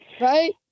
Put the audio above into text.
Right